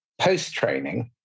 post-training